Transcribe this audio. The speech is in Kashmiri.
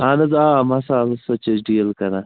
اہن حظ آ مصالہٕ سۭتۍ چھِ أسۍ ڈیٖل کَران